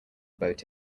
boat